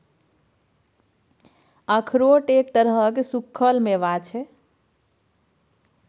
अखरोट एक तरहक सूक्खल मेवा छै